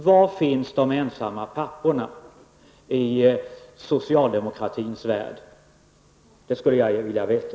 Var finns de ensamma papporna i socialdemokratins värld? Det skulle jag gärna vilja veta.